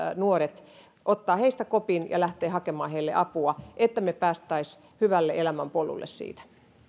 nuoret ottaa heistä kopin ja lähtee hakemaan heille apua että me pääsisimme hyvälle elämän polulle siitä